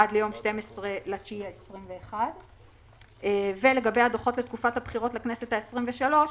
עד ליום 12 בספטמבר 2021. לגבי הדוחות לתקופת הבחירות לכנסת ה-23,